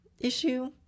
issue